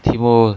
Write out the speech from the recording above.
题目